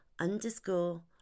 underscore